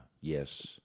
yes